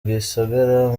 gisagara